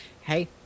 Hey